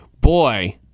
Boy